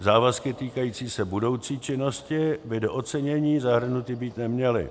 Závazky týkající se budoucí činnosti by do ocenění zahrnuty být neměly.